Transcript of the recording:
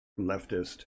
leftist